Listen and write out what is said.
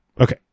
Okay